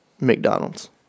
McDonald's